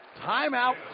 Timeout